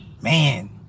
man